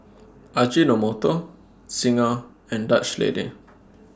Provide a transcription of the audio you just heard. Ajinomoto Singha and Dutch Lady